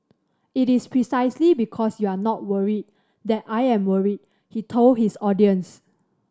it is precisely because you are not worried that I am worried he told his audience